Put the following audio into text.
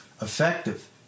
Effective